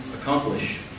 accomplish